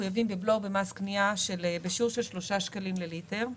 מחויבים בבלו ובמס קנייה בשיעור של שלושה שקלים לליטר.